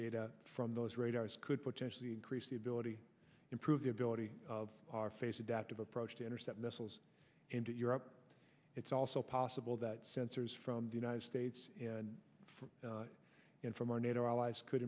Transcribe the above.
data from those radars could potentially increase the ability improve the ability of our face adaptive approach to intercept missiles into europe it's also possible that sensors from the united states and from in from our nato allies could